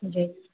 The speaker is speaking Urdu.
جی